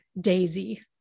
Daisy